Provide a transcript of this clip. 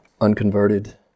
unconverted